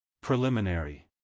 Preliminary